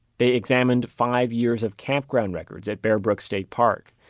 they examined five years of campground records at bear brook state park.